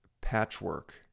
patchwork